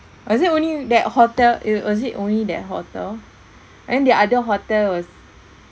was it only that hotel a was it only that hotel and then the other hotel was